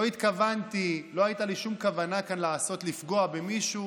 לא התכוונתי, לא הייתה לי שום כוונה לפגוע במישהו.